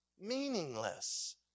Meaningless